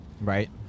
right